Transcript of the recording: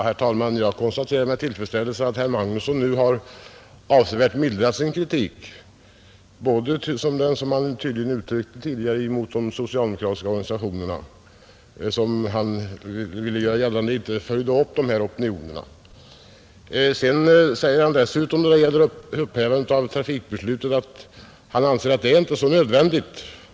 Herr talman! Jag konstaterar med tillfredsställelse att herr Magnusson i Kristinehamn nu avsevärt har mildrat sin kritik mot de socialdemokratiska organisationerna, som han ville göra gällande inte följde upp de här opinionerna. Dessutom säger han när det gäller upphävande av trafikbeslutet att han anser att det inte är så nödvändigt.